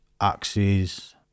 axes